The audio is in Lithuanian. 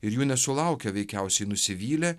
ir jų nesulaukę veikiausiai nusivylė